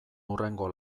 hurrengo